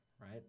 right